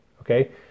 Okay